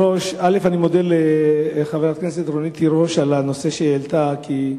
אני מודה לחברת הכנסת רונית תירוש על שהיא העלתה את הנושא,